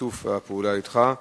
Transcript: משיתוף הפעולה אתך.